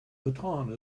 baton